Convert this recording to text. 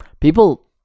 People